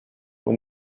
when